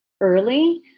early